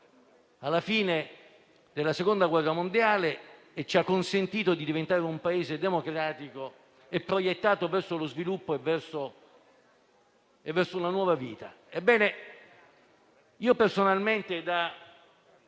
alla fine della Seconda guerra mondiale e ci ha consentito di diventare un Paese democratico, proiettato lo sviluppo e una nuova vita. Ebbene, personalmente, da